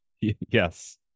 Yes